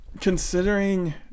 Considering